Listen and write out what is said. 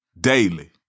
Daily